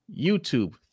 YouTube